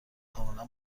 کاملا